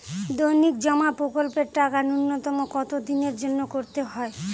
দৈনিক জমা প্রকল্পের টাকা নূন্যতম কত দিনের জন্য করতে হয়?